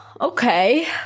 Okay